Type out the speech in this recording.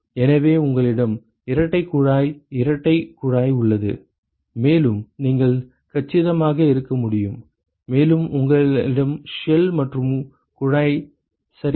எனவே உங்களிடம் இரட்டை குழாய் இரட்டை குழாய் உள்ளது மேலும் நீங்கள் கச்சிதமாக இருக்க முடியும் மேலும் உங்களிடம் ஷெல் மற்றும் குழாய் சரியா